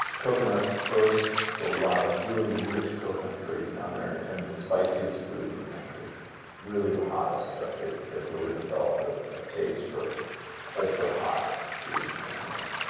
coconut groves, so a lot of really rich coconut curries down there, and the spiciest food in the country really the hottest stuff. they've they've really developed a taste for ultra-hot food down there.